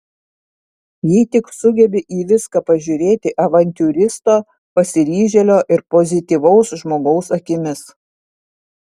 jei tik sugebi į viską pažiūrėti avantiūristo pasiryžėlio ir pozityvaus žmogaus akimis